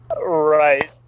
Right